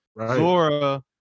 Zora